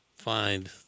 find